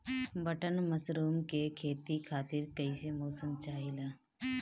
Button mushroom के खेती खातिर कईसे मौसम चाहिला?